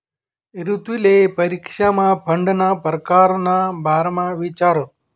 रितुले परीक्षामा फंडना परकार ना बारामा इचारं